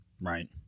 Right